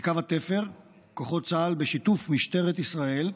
בקו התפר כוחות צה"ל, בשיתוף משטרת ישראל,